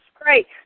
great